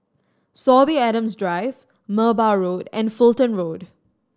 Sorby Adams Drive Merbau Road and Fulton Road